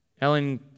Ellen